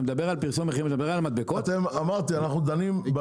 כשאתה מדבר על פרסום מחירים אתה מדבר על המדבקות?